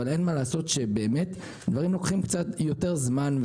אבל אין מה לעשות עם כך שדברים באמת לוקחים קצת יותר זמן.